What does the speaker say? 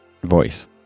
voice